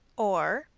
or,